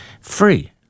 Free